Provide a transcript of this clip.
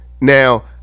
Now